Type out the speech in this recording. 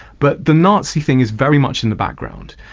but the nazi thing is very much in the background,